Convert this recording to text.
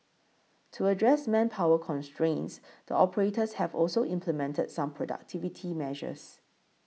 to address manpower constraints the operators have also implemented some productivity measures